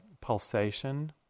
pulsation